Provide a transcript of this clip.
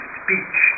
speech